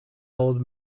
old